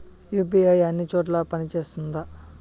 UPI అన్ని చోట్ల పని సేస్తుందా?